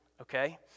okay